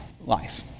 life